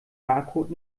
barcode